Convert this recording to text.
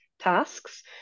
tasks